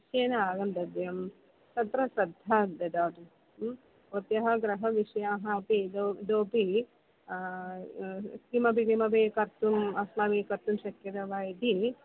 निश्चयेन आगन्तव्यं तत्र श्रद्धा ददातु भवत्याः गृहविषयः अपि इदौ इतोपि किमपि किमपि कर्तुम् अस्माभिः कर्तुं शक्यते वा इति